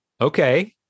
okay